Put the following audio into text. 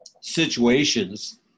situations